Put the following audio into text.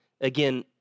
again